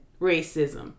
racism